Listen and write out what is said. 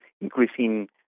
increasing